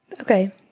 Okay